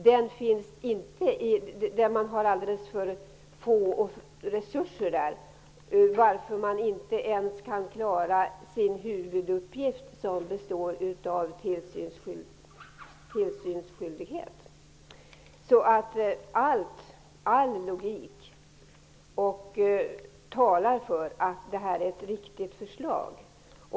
Länsstyrelserna har så dåliga resurser att de inte ens kan klara sin huvuduppgift, nämligen tillsynsskyldigheten. All logik talar för att detta är ett riktigt förslag.